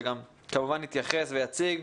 וכמובן הוא יתייחס ויציג,